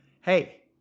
Hey